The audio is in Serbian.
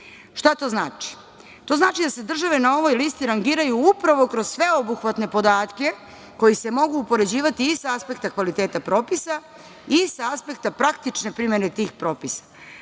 Šta to znači? To znači da se države na ovoj listi rangiraju upravo kroz sveobuhvatne podatke koji se mogu upoređivati i sa aspekta kvaliteta propisa i sa aspekta praktične primene tih propisa. Prema